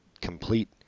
complete